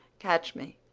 catch me!